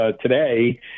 today